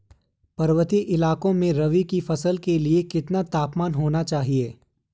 पर्वतीय इलाकों में रबी की फसल के लिए कितना तापमान होना चाहिए?